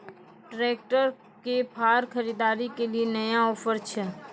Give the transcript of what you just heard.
Tractor के फार खरीदारी के लिए नया ऑफर छ?